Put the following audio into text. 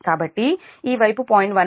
కాబట్టి ఈ వైపు 0